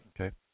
Okay